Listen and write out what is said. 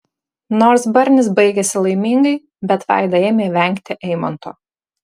nors barnis baigėsi laimingai bet vaida ėmė vengti eimanto